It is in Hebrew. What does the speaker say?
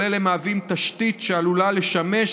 כל אלה מהווים תשתית שעלולה לשמש,